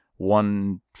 One